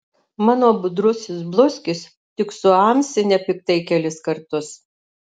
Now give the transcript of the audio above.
mano budrusis bluskis tik suamsi nepiktai kelis kartus